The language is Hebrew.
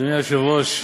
אדוני היושב-ראש,